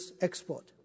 export